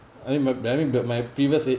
I mean my I mean but my previous it